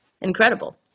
incredible